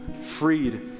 freed